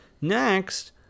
Next